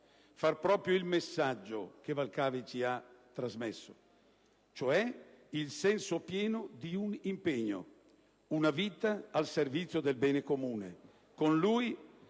far nostro il messaggio che Valcavi ci ha trasmesso: il senso pieno di un impegno, una vita al servizio del bene comune.